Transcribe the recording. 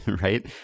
right